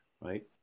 Right